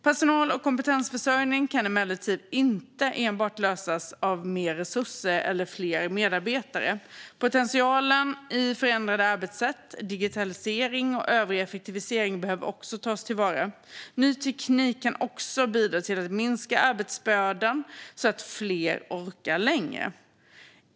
Personal och kompetensförsörjningen kan emellertid inte lösas enbart av mer resurser eller fler medarbetare. Potentialen i förändrade arbetssätt, digitalisering och övrig effektivisering behöver också tas till vara. Ny teknik kan också bidra till att minska arbetsbördan så att fler orkar längre.